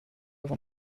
vend